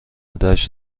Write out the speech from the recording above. دشت